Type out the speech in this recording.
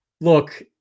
Look